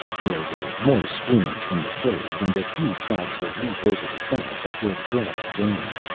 there were more screams from the slaves, and a few tried to leap over the side but were clubbed down.